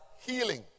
healing